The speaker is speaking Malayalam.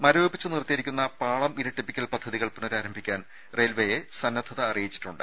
മരവിപ്പിച്ച് നിർത്തിയിരിക്കുന്ന പാളം ഇരട്ടിപ്പിക്കൽ പദ്ധതികൾ പുനരാരംഭിക്കാൻ റെയിൽവെയെ സന്നദ്ധത അറിയിച്ചിട്ടുണ്ട്